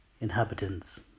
Inhabitants